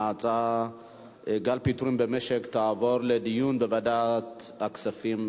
ההצעות "גל הפיטורים במשק" תעבורנה לדיון בוועדת הכספים.